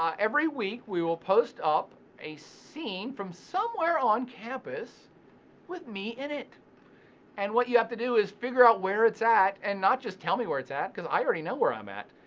every week we will post up a scene from somewhere on campus with me in it and what you have to do is figure out where it's at, and not just tell me where it's at, because i already know where i'm at.